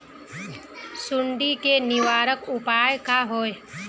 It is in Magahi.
सुंडी के निवारक उपाय का होए?